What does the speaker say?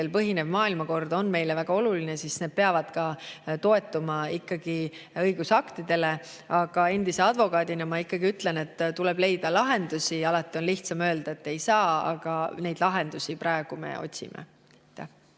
põhinev maailmakord on meile väga oluline, siis need peavad toetuma ikkagi õigusaktidele. Aga endise advokaadina ma ikkagi ütlen, et tuleb leida lahendusi. Alati on lihtsam öelda, et ei saa. Aga neid lahendusi me praegu otsime.